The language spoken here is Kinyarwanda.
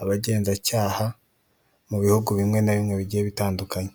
abagenzacyaha, mu bihugu bimwe na bimwe bigiye bitandukanye.